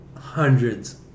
hundreds